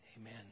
amen